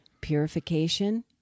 purification